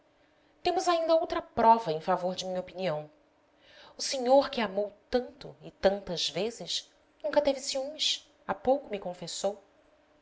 temos ainda outra prova em favor de minha opinião o senhor que amou tanto e tantas vezes nunca teve ciúmes há pouco me confessou